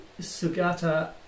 Sugata